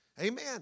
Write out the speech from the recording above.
Amen